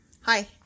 Hi